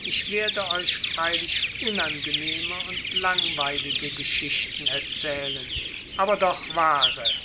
ich werde euch freilich unangenehme und langweilige geschichten erzählen aber doch wahre